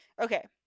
okay